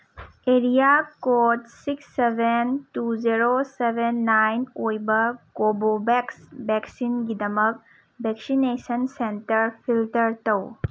area code six seven two zero seven nine ꯑꯣꯏꯕ Covovax ꯚꯦꯛꯁꯤꯟꯒꯤꯗꯃꯛ vaccination centre filter ꯇꯧ